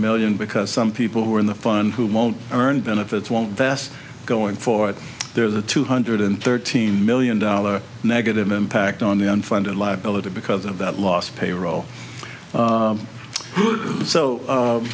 million because some people who are in the fund who won't earn benefits won't pass going for it there are the two hundred and thirteen million dollar negative impact on the unfunded liability because of that last payroll